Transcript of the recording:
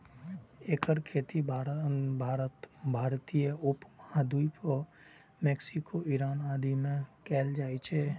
एकर खेती भारत, भारतीय उप महाद्वीप आ मैक्सिको, ईरान आदि मे कैल जाइ छै